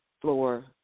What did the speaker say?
floor